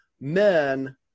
men